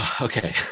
Okay